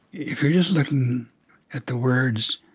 if you're just looking at the words,